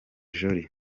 julie